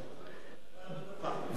והיום לא הצלחת לשכנע.